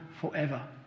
forever